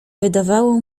wydawało